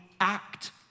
act